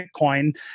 Bitcoin